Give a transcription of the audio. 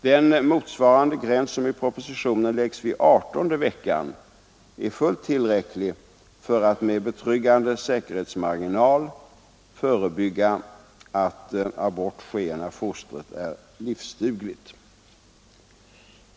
Den motsvarande gräns som i propositionen dras vid adertonde veckan är fullt tillräcklig för att med betryggande säkerhetsmarginal förebygga att abort sker när fostret är livsdugligt.